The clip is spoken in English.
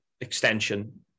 Extension